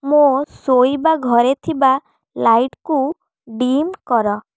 ମୋ ଶୋଇବା ଘରେ ଥିବା ଲାଇଟ୍କୁ ଡିମ୍ କର